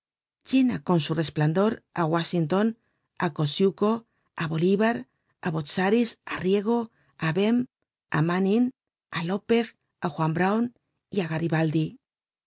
llena con su resplandor á washington á kosciusko á bolivar á botzaris á riego á bem á manin á lopez á juan brown á